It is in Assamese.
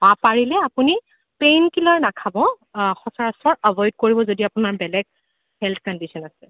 পাৰিলে আপুনি পেইন কিলাৰ নাখাব সচৰাচৰ এভইড কৰিব যদি আপোনাৰ বেলেগ হেল্থ কণ্ডিচন আছে